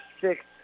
six